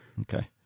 Okay